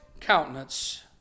countenance